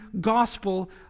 gospel